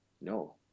No